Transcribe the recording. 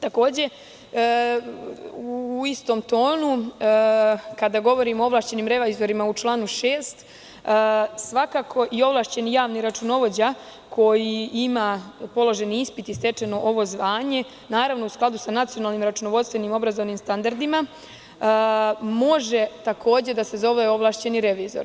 Takođe, kada govorimo o ovlašćenim revizorima u članu 6, svakako ovlašćeni javni računovođa koji ima položen i ispit i stečeno ovo zvanje u skladu sa nacionalnim računovodstvenim obrazovnim standardima, može takođe da se zove ovlašćeni revizor.